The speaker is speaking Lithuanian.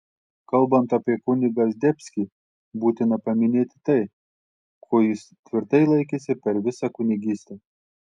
kalbant apie kunigą zdebskį būtina paminėti tai ko jis tvirtai laikėsi per visą kunigystę